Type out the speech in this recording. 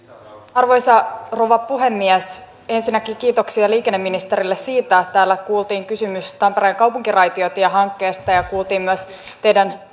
arvoisa rouva puhemies ensinnäkin kiitoksia liikenneministerille siitä että täällä kuultiin kysymys tampereen kaupunkiraitiotiehankkeesta ja kuultiin myös teidän